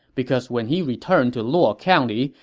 because when he returned to luo ah county,